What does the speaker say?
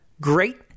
great